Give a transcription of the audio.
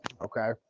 Okay